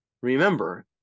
Remember